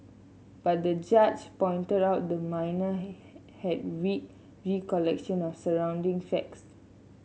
but the judge pointed out the minor had weak recollection of surrounding facts